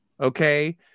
okay